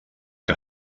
que